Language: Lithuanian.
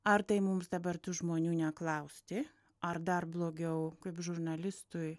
ar tai mums dabar tų žmonių neklausti ar dar blogiau kaip žurnalistui